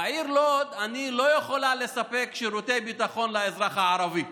בעיר לוד אני לא יכולה לספק שירותי ביטחון לאזרח הערבי.